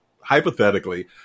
hypothetically